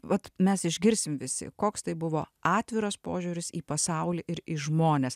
vat mes išgirsim visi koks tai buvo atviras požiūris į pasaulį ir į žmones